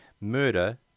murder